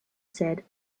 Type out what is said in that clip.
said